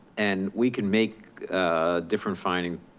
and we can make a different finding,